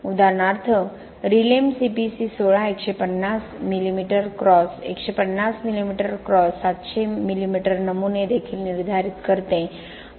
उदाहरणार्थ RILEM CPC 16 150 mm cross 700 mm नमुने देखील निर्धारित करते